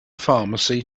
pharmacy